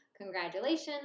Congratulations